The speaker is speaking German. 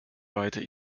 weiter